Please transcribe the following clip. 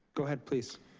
go ahead, please.